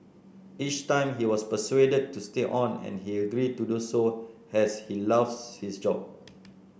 each time he was persuaded to stay on and he agreed to do so as he loves his job